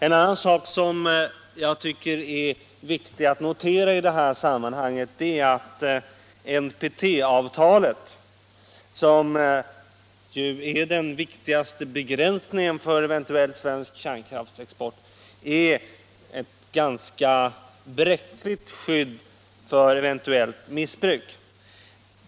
En annan sak som jag tycker är viktig att notera i det här sammanhanget är att NPT-avtalet som ju är den viktigaste begränsningen för svensk kärnkraftsexport, är ett ganska bräckligt skydd mot eventuellt missbruk.